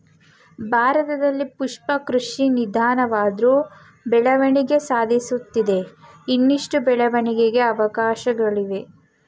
ಭಾರತದಲ್ಲಿ ಪುಷ್ಪ ಕೃಷಿ ನಿಧಾನವಾದ್ರು ಬೆಳವಣಿಗೆ ಸಾಧಿಸುತ್ತಿದ್ದು ಇನ್ನಷ್ಟು ಬೆಳವಣಿಗೆಗೆ ಅವಕಾಶ್ಗಳಿವೆ